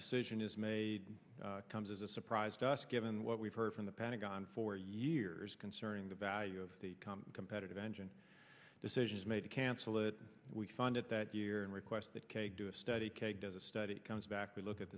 decision is made comes as a surprise to us given what we've heard from the pentagon for years concerning the value of the competitive engine decisions made to cancel it we fund it that year and request that k do a study does a study comes back to look at